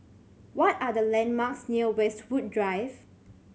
what are the landmarks near Westwood Drive